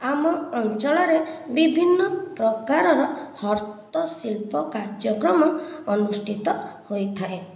ଆମ ଅଞ୍ଚଳରେ ବିଭିନ୍ନ ପ୍ରକାରର ହସ୍ତଶିଳ୍ପ କାର୍ଯ୍ୟକ୍ରମ ଅନୁଷ୍ଠିତ ହୋଇଥାଏ